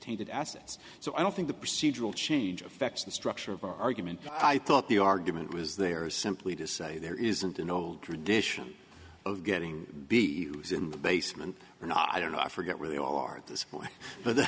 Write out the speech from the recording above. tainted assets so i don't think the procedural changes affect the structure of our argument i thought the argument was they are simply to say there isn't an old tradition of getting be in the basement and i don't know i forget where they all are at this point but